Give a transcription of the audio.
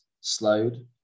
slowed